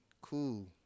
cool